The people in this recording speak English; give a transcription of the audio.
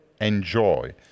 enjoy